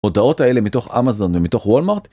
ההודעות האלה מתוך אמאזון ומתוך וולמארט